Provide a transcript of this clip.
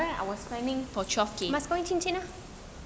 mas kahwin cincin ah